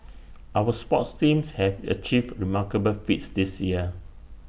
our sports teams have achieved remarkable feats this year